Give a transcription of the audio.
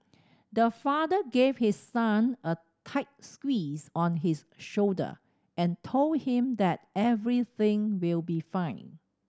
the father gave his son a tight squeeze on his shoulder and told him that everything will be fine